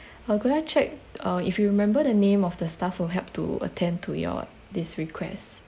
uh could I check uh if you remember the name of the staff who helped to attend to your this request